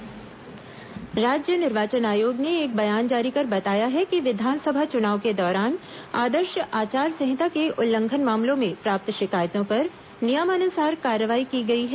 निर्वाचन आयोग स्पष्टीकरण राज्य निर्वाचन आयोग ने एक बयान जारी कर बताया है कि विधानसभा चुनाव के दौरान आदर्श आचार संहिता के उल्लंघन मामलों में प्राप्त शिकायतों पर नियमानुसार कार्रवाई की गई है